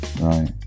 right